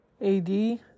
AD